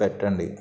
పెట్టండి